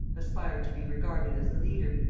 aspired to be regarded as the leader,